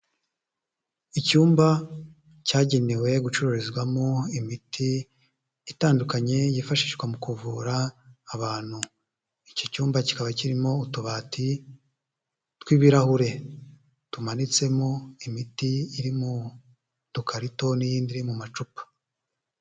Icyumba cyagenewe gucururizwamo imiti itandukanye yifashishwa mu kuvura abantu, icyo cyumba kikaba kirimo utubati tw'ibirahure tumanitsemo imiti iri mu dukarito n'iyinindi iri mu macupa.